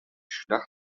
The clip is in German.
schlacht